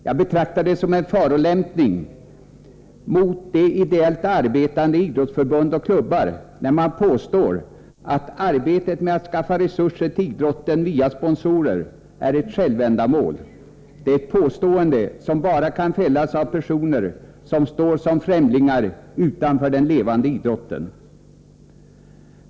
Jag betraktar det som en förolämpning mot de ideellt arbetande i idrottsförbund och klubbar när man påstår att arbetet med att skaffa resurser till idrotten via sponsorer är ett självändamål. Det är ett påstående som kan fällas endast av personer som står som främlingar utanför den levande idrotten.